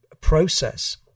process